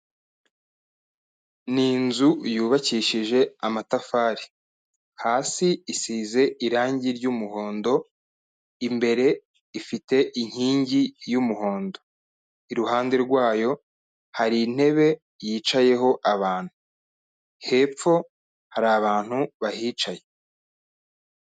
Ni inzu yubakishije amatafari, hasi isize irangi ry'umuhondo, imbere ifite inkingi y'umuhondo. Iruhande rwayo hari intebe yicayeho abantu, hepfo hari abantu bahicaye.